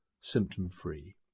symptom-free